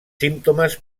símptomes